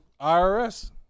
IRS